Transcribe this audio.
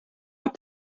habt